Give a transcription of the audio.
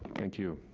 thank you.